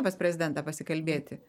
pas prezidentą pasikalbėti